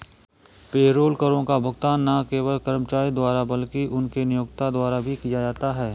payroll करों का भुगतान न केवल कर्मचारी द्वारा बल्कि उनके नियोक्ता द्वारा भी किया जाता है